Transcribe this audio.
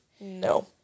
no